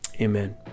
Amen